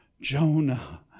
Jonah